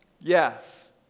Yes